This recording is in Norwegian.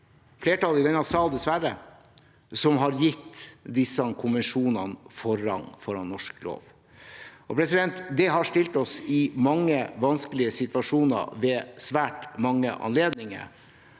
flertallet i denne salen, dessverre, som har gitt disse konvensjonene forrang foran norsk lov. Det har stilt oss i mange vanskelige situasjoner ved svært mange anledninger.